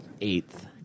eighth